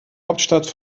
hauptstadt